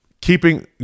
keeping